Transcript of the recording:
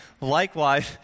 Likewise